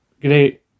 great